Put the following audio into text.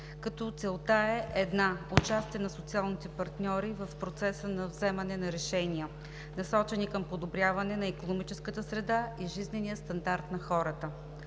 като целта е една – участие на социалните партньори в процеса на вземане на решения, насочени към подобряване на икономическата среда и жизнения стандарт на хората.